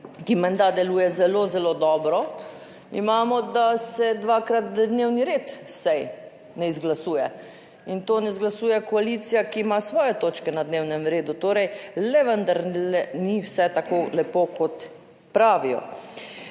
ki menda deluje zelo zelo dobro, imamo da se dvakrat na dnevni red sej ne izglasuje in to ne izglasuje koalicija, ki ima svoje točke na dnevnem redu, torej le vendarle ni vse tako lepo, kot pravijo.